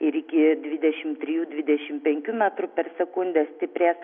iki dvidešimt trijų dvidešimt penkių metrų per sekundę stiprės